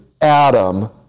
Adam